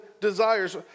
desires